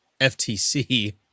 FTC